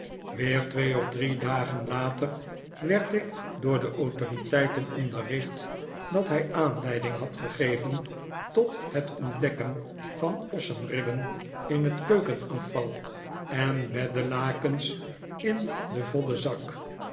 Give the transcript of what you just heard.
weer twee of drie dagen later werd ik door de autoriteiten onderricht dat hij aanleiding had gegeven tot het ontdekken van osseribben in het keukenafval en beddelakens in den voddenzak